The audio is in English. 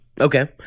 Okay